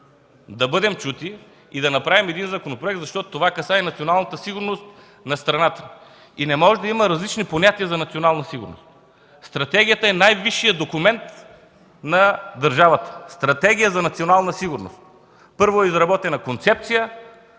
да бъдем чути и да направим законопроект, защото това касае националната сигурност на страната. Не може да има различни понятия за националната сигурност. Стратегията е най-висшият документ на държавата – Стратегия за национална сигурност. Първо е изработена концепцията.